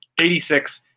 86